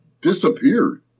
disappeared